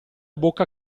bocca